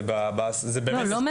לא.